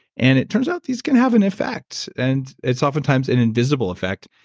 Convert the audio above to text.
and it turns out these can have an effect. and it's oftentimes an invisible effect.